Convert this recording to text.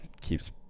keeps